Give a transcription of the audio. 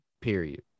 Period